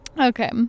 okay